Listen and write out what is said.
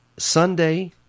Sunday